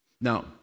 Now